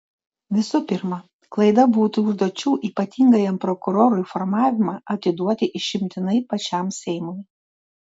visų pirma klaida būtų užduočių ypatingajam prokurorui formavimą atiduoti išimtinai pačiam seimui